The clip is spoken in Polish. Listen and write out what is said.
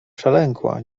przelękła